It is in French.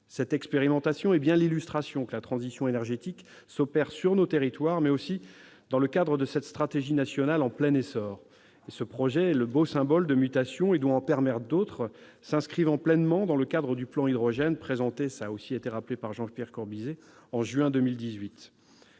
Cette expérimentation est bien l'illustration que la transition énergétique s'opère sur nos territoires, mais aussi dans le cadre de cette stratégie nationale en plein essor. Ce projet, qui est le beau symbole de mutations, doit en permettre d'autres, s'inscrivant pleinement dans le cadre du plan hydrogène présenté en juin 2018- cela a aussi été souligné par Jean-Pierre Corbisez. Comme le